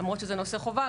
למרות שזה נושא חובה,